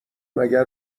مگر